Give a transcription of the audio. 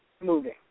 moving